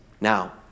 Now